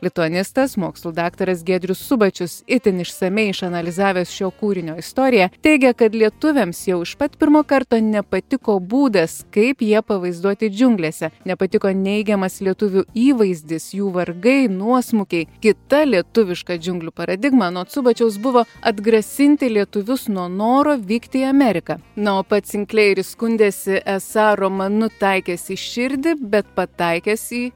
lituanistas mokslų daktaras giedrius subačius itin išsamiai išanalizavęs šio kūrinio istoriją teigia kad lietuviams jau iš pat pirmo karto nepatiko būdas kaip jie pavaizduoti džiunglėse nepatiko neigiamas lietuvių įvaizdis jų vargai nuosmukiai kita lietuviška džiunglių paradigma anot subačiaus buvo atgrasinti lietuvius nuo noro vykti į ameriką na o pats sinkleiris skundėsi esą romanu taikęs į širdį bet pataikęs į